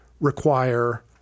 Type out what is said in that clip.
require